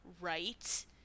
right